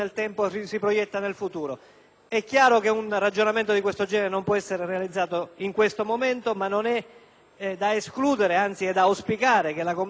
in futuro. Un ragionamento di questo genere non può essere fatto in questo momento, ma non è da escludere - anzi è da auspicare - che la Commissione agricoltura dedichi